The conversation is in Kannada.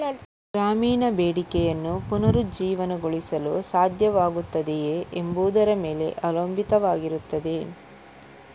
ಗ್ರಾಮೀಣ ಬೇಡಿಕೆಯನ್ನು ಪುನರುಜ್ಜೀವನಗೊಳಿಸಲು ಸಾಧ್ಯವಾಗುತ್ತದೆಯೇ ಎಂಬುದರ ಮೇಲೆ ಅವಲಂಬಿತವಾಗಿರುತ್ತದೆ